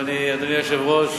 אדוני היושב-ראש,